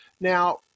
Now